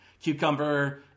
Cucumber